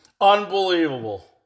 Unbelievable